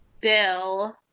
Bill